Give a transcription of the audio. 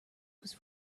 was